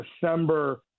December